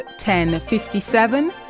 1057